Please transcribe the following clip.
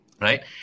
Right